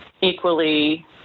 equally